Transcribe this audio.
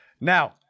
Now